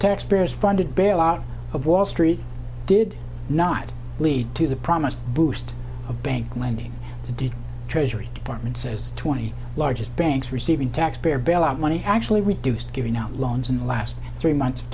taxpayers funded bailout of wall street did not lead to the promised boost of bank lending to date treasury department says twenty largest banks receiving taxpayer bailout money actually reduced giving out loans in the last three months of